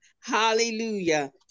Hallelujah